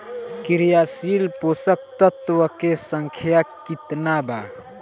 क्रियाशील पोषक तत्व के संख्या कितना बा?